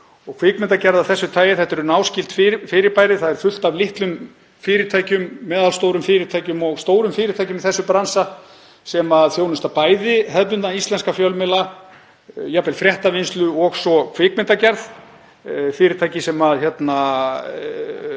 og kvikmyndagerð af þessu tagi eru náskyld fyrirbæri. Það er fullt af litlum fyrirtækjum, meðalstórum fyrirtækjum og stórum fyrirtækjum í þessum bransa sem þjónusta bæði hefðbundna íslenska fjölmiðla, jafnvel fréttavinnslu, og svo kvikmyndagerð, fyrirtæki sem sinna